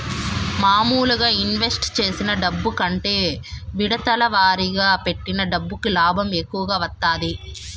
మాములుగా ఇన్వెస్ట్ చేసిన డబ్బు కంటే విడతల వారీగా పెట్టిన డబ్బుకి లాభం ఎక్కువ వత్తాది